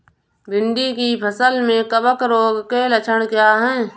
भिंडी की फसल में कवक रोग के लक्षण क्या है?